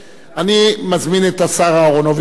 אני מזמין את השר אהרונוביץ לעלות.